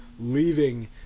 leaving